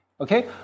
Okay